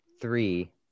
three